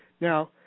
Now